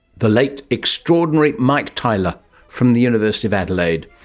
the late extraordinary mike tyler from the university of adelaide.